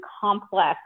complex